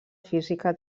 física